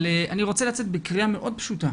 אבל אני רוצה לצאת בקריאה מאוד פשוטה.